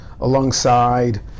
alongside